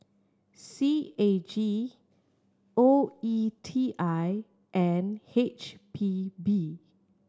C A G O E T I and H P B